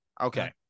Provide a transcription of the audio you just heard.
Okay